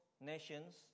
nations